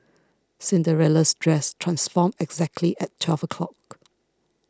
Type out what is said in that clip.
Cinderella's dress transformed exactly at twelve o'clock